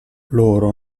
loro